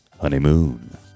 honeymoon